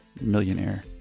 millionaire